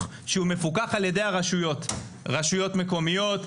שמפוקח על ידי הרשויות: רשויות מקומיות,